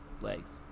Legs